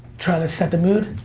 trying to set the mood?